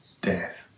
death